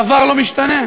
דבר לא משתנה.